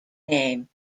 name